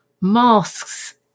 masks